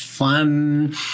fun